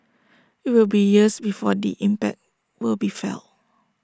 IT will be years before the impact will be felt